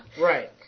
Right